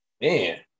Man